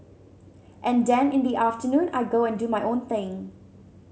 and then in the afternoon I go and do my own thing